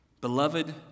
Beloved